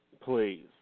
please